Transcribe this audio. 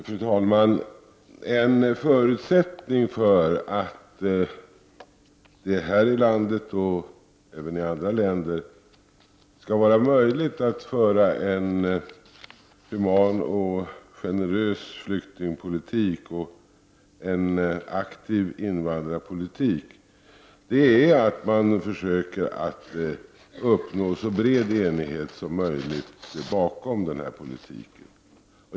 Fru talman! En förutsättning för att det här i landet och även i andra länder skall vara möjligt att föra en human och generös flyktingpolitik och en aktiv invandrarpolitik är att man försöker uppnå så bred enighet som möjligt bakom den politiken.